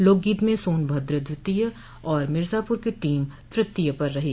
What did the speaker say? लोकगीत में सोनभद्र द्वितीय व मिर्जापुर की टीम तृतीय पर रही